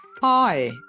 hi